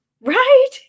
Right